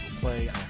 Play